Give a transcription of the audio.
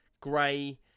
gray